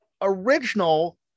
original